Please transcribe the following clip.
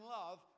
love